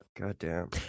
Goddamn